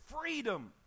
freedom